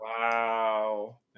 wow